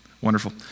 Wonderful